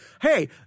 Hey